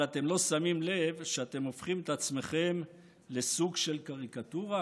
אבל אתם לא שמים לב שאתם הופכים את עצמכם לסוג של קריקטורה?